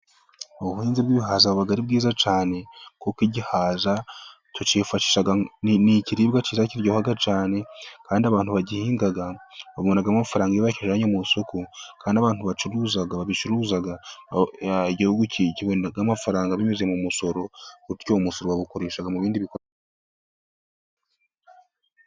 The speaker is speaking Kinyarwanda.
Ubuhinzi bw'ibihaza buba ari bwiza cyane kuko igihaza tucyifashisha, ni ikiribwa kiza kiryoha cyane kandi abantu bagihinga babonamo amafaranga iyo bakijyanye mu isoko, kandi abantu bacuruza babicuruza igihugu kibonamo amafaranga binyuze mu musoro, bityo uwo musoro bawukoresha mu bindi bikorwa.